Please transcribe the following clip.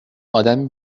آدمی